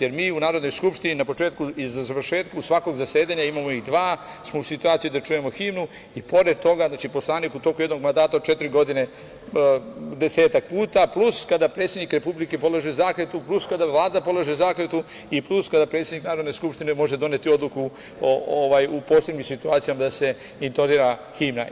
Jer, mi u Narodnoj skupštini na početku i završetku svakog zasedanja, a imamo ih dva, smo u situaciji da čujemo himnu, i pored toga poslanik u toku jednog mandata od četiri godine desetak puta, plus kada predsednik Republike polaže zakletvu, plus kada Vlada polaže zakletvu i plus kada predsednik Narodne skupštine može doneti odluku u posebnim situacijama da se intonira himna.